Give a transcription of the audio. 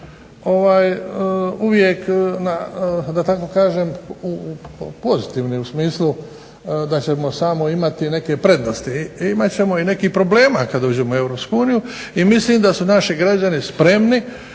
uvijek da tako kažem pozitivni, u smislu da ćemo samo imati neke prednosti. Imat ćemo i nekih problema kad uđemo u Europsku uniju i mislim da su naši građani spremni